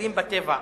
ומתכלים בטבע.